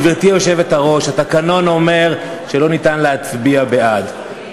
גברתי היושבת-ראש: התקנון אומר שלא ניתן להצביע בעד.